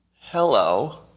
Hello